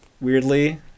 Weirdly